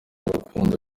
rukundo